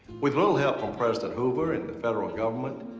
with little help from president hoover and the federal government,